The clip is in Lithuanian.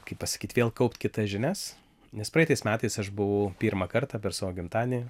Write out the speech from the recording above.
kaip pasakyt vėl kaupt kitas žinias nes praeitais metais aš buvau pirmą kartą per savo gimtadienį